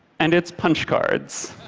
and it's punch cards.